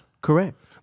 Correct